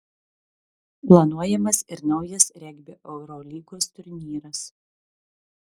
planuojamas ir naujas regbio eurolygos turnyras